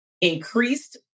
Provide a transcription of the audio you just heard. increased